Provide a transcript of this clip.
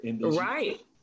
Right